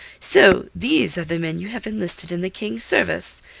so, these are the men you have enlisted in the king's service,